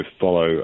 follow